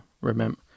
remember